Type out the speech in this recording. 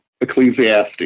Ecclesiastes